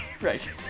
right